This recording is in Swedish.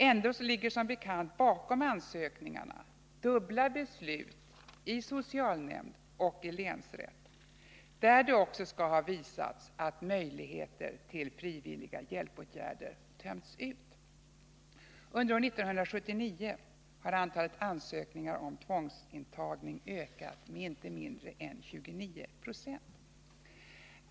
Ändå ligger som bekant bakom ansökningarna dubbla beslut i socialnämnd och länsrätt, där det också skall ha visats att möjligheter till frivilliga hjälpåtgärder tömts ut. Under 1979 har antalet ansökningar om tvångsintagning ökat med inte mindre än 29 20.